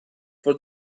for